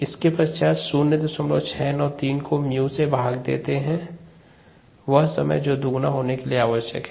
यह 0693𝜇 वह समय है जो दोगुना होने के लिए आवश्यक है